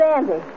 Andy